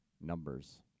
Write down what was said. numbers